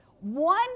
one